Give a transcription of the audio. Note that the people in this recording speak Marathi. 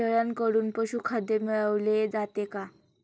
शेळ्यांकडून पशुखाद्य मिळवले जाते का?